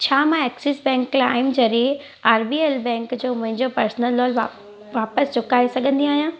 छा मां Axis bank लाइम ज़रिए आर बी एल बैंक जो मुंहिंजो पर्सनल लोन वाप वापिसि चुकाए सघंदी आहियां